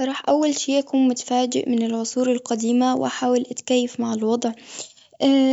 راح أول شي أكون متفاجئ من العصور القديمة، وحاول اتكيف مع الوضع.